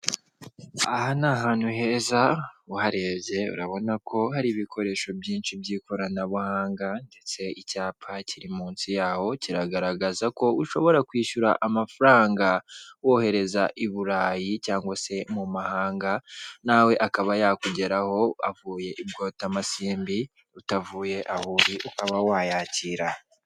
Aha ni ahantu heza uharebye urabona ko hari ibikoresho byinshi by'ikoranabuhanga ndetse icyapa kiri munsi yaho kiragaragaza ko ushobora kwishyura amafaranga wohereza i burayi cyangwa se mu mahanga, nawe akaba yakugeraho avuye i bwotamasimbi utavuye aho uri ukaba wayakira.